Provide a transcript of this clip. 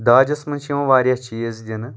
داجَس منٛز چھِ یِوَان واریاہ چیٖز دِنہٕ